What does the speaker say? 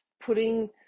putting